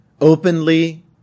openly